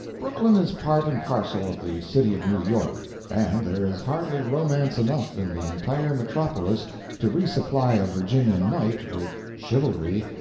brooklyn is part and parcel of the city of new york, and there is hardly romance enough in the entire metropolis to re-supply a virginia knight with chivalry,